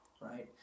right